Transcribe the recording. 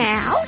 Now